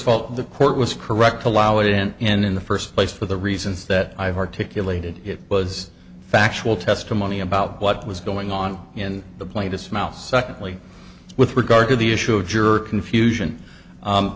all the court was correct to allow it in in the first place for the reasons that i have articulated it was factual testimony about what was going on in the play to smell secondly with regard to the issue of juror confusion